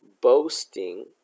Boasting